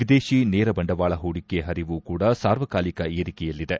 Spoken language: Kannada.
ವಿದೇತಿ ನೇರ ಬಂಡವಾಳ ಹೂಡಿಕೆ ಪರಿವು ಕೂಡ ಸಾರ್ವಕಾಲಿಕ ಏರಿಕೆಯಲ್ಲಿದೆ